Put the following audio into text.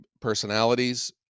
personalities